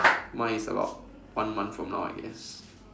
mine is about one month from now I guess